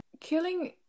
killing